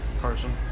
Carson